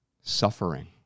suffering